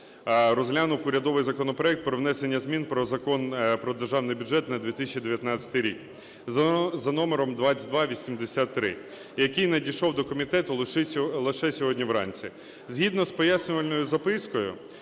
розглянув урядовий законопроект про внесення змін про Закон про Державний бюджет на 2019 рік за номером 2283, який надійшов до комітету лише сьогодні вранці. Згідно з пояснювальною запискою,